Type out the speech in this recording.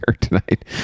tonight